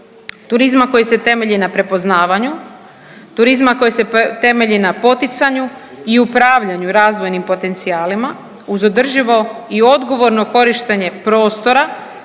turizma koji se temelji na prepoznavanju, turizma koji se temelji na poticanju i upravljanju razvojnim potencijalima uz održivo i odgovorno korištenje prostora,